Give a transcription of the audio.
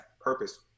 purpose